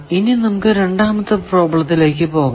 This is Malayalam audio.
ഇനി നമുക്ക് രണ്ടാമത്തെ പ്രോബ്ലത്തിലേക്കു പോകാം